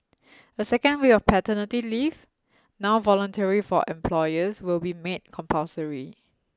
a second week of paternity leave now voluntary for employers will be made compulsory